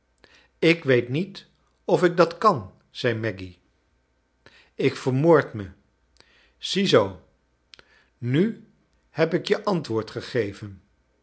ik weet niet of ik dat kan zei maggy ik vermoord me ziezoo nu heb ik je antwoord gegeven